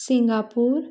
Singapore